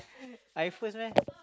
I first meh